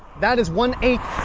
that is one eight